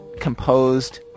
composed